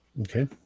Okay